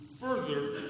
further